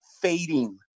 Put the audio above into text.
Fading